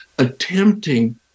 attempting